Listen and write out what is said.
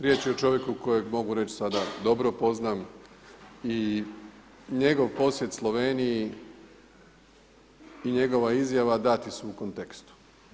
Riječ je o čovjeku za kojeg mogu reći sada dobro poznam i njegov posjet Sloveniji i njegova izjava dati su u kontekstu.